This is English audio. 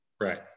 Right